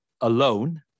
alone